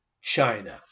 China